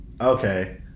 Okay